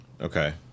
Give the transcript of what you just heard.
Okay